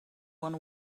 one